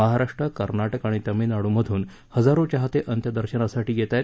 महाराष्ट्र कर्नाटक आणि तामिळनाडूमधून हजारो चाहते अंत्यदर्शनासाठी येत आहेत